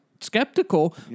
skeptical